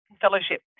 Fellowship